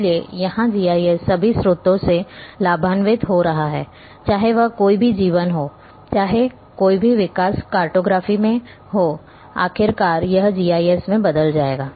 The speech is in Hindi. इसलिए यहां जीआईएस सभी स्रोतों से लाभान्वित हो रहा है चाहे वह कोई भी जीवनी हो चाहे कोई भी विकास कार्टोग्राफी में हो आखिरकार यह जीआईएस में बदल जाएगा